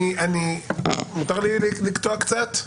אני יכול, מותר לי לקטוע קצת?